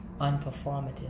unperformative